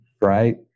right